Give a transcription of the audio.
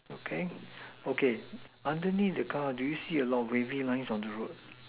okay okay underneath the car do you see a lot of wavy line on the road